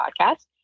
podcast